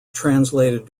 translated